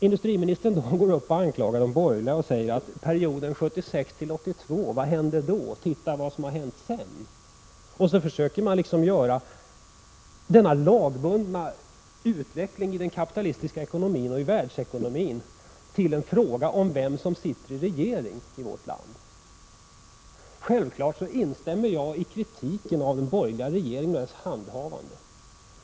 Industriministern anklagar de borgerliga och säger: Vad hände under perioden 1976-1982? Titta vad som har hänt sedan! Han försöker göra denna lagbundna utveckling i den kapitalistiska ekonomin och i världsekonomin till en fråga om vem som sitter i regeringsställning i vårt land. Jag instämmer självfallet i kritiken av de borgerliga regeringarnas handhavande.